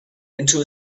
into